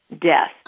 death